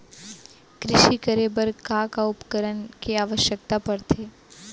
कृषि करे बर का का उपकरण के आवश्यकता परथे?